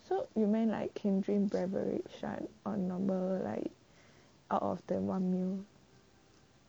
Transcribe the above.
so you meant like can drink beverage lah on normal out of the one meal